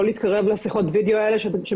לא להתקרב לשיחות וידאו הלאה,